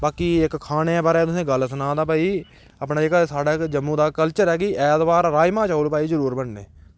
बाकी इक खाने दे बारे च तुसेंगी इक गल्ल सनां ता भाई अपनै जेह्का साढ़ा जेह्का जम्मू दा कल्चर ऐ कि ऐतबार राजमा चौल भाई जरूर बनने